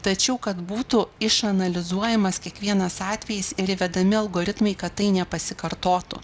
tačiau kad būtų išanalizuojamas kiekvienas atvejis ir įvedami algoritmai kad tai nepasikartotų